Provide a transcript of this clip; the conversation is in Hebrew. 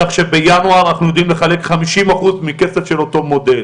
כך שבינואר אנחנו עומדים לחלק חמישים אחוז מכסף של אותו מודל.